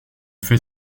fait